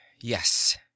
yes